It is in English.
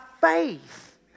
faith